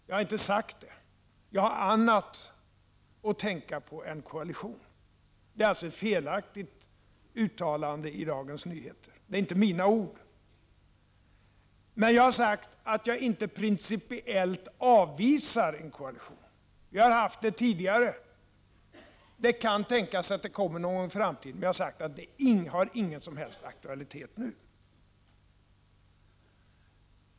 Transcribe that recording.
Jag har inte sagt det — jag har annat än en koalition att tänka på. Detta är alltså ett felaktigt referat i Dagens Nyheter — det är inte mina ord. Däremot har jag sagt att jag inte principiellt avvisar en koalition. Vi har haft sådana tidigare. Det kan tänkas att vi får en koalition i en framtid, men jag har sagt att detta inte har någon som helst aktualitet nu.